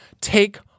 Take